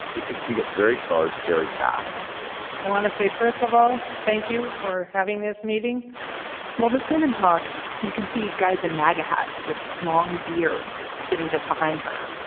it can get very charged very fast i want to say, first of all, thank you for having this meeting and while this woman talks, you can see guysand magots with long beards sitting just behind her.